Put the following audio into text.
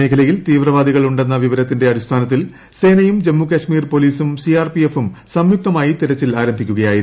മേഖലയിൽ തീവ്രവാദികൾ ഉണ്ടെന്ന വിവരത്തിന്റെ അടിസ്ഥാനത്തിൽ സേനയും ജമ്മുകാശ്മീർ പോലീസും സി ആർ പി എഫും സംയുക്തമായി തെരച്ചിൽ ആരംഭിക്കുകയായിരുന്നു